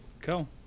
Cool